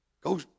go